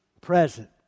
present